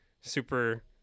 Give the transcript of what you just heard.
super